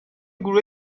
گروه